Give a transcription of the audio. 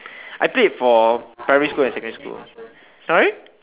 I played for primary school and secondary school sorry